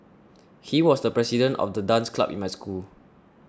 he was the president of the dance club in my school